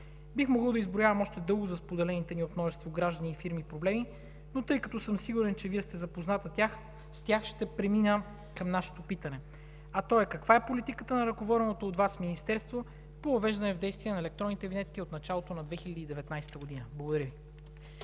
Бих могъл да изброявам още дълго за споделените ни от множество граждани и фирми проблеми, но тъй като съм сигурен, че Вие сте запозната с тях, ще премина към нашето питане, а то е: каква е политиката на ръководеното от Вас Министерство по въвеждане в действие на електронните винетки от началото на 2019 г.? Благодаря Ви.